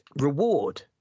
reward